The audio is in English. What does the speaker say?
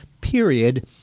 period